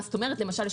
למשל,